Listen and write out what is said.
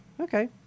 Okay